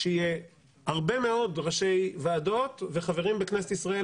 שיהיו הרבה מאוד ראשי ועדות וחברים ערבים בכנסת ישראל,